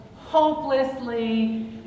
hopelessly